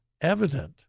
evident